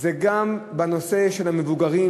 גם בנושא של המבוגרים,